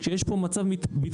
כשיש עניין של מצב ביטחוני,